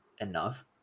enough